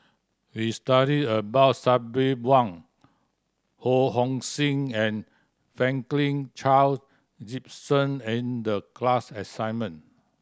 we studied about Sabri Buang Ho Hong Sing and Franklin Charle Gimson in the class assignment